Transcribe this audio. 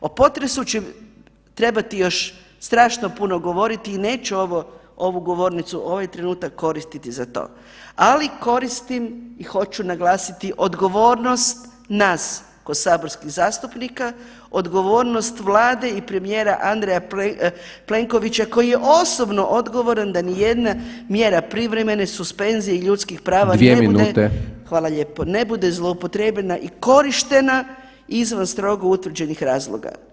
O potresu će trebati još strašno puno govoriti i neću ovu govornicu, ovaj trenutak koristiti za to, ali koristim i hoću naglasiti odgovornost nas kao saborskih zastupnika, odgovornost Vlade i premijera Andreja Plenkovića koji je osobno odgovoran da ni jedna mjera privremene suspenzije ljudskih prava ne bude [[Upadica: 2 minute.]] hvala lijepo, ne bude zlupotrebljena i korištena izvan strogu utvrđenih razloga.